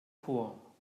chor